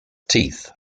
teeth